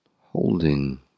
holding